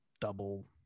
double